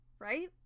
Right